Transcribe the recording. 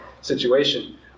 situation